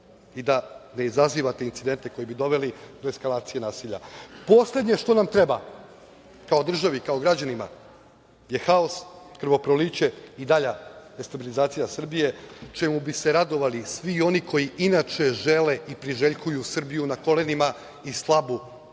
i da ne izazivate incidente koji bi doveli do eskalacije nasilja. Poslednje što nam treba kao državi, kao građanima je haos, krvoproliće i dalja destabilizacija Srbije, čemu bi se radovali svi oni koji inače žele i priželjkuju Srbiju na kolenima i slabu